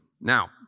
Now